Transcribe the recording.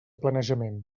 planejament